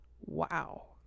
wow